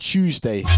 Tuesday